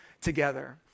together